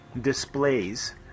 Displays